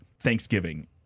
Thanksgiving